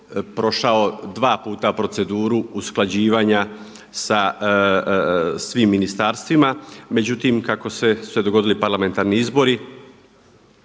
prošao dva puta proceduru usklađivanja sa svim ministarstvima. Međutim, kako su se dogodili parlamentarni izbori